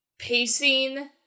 pacing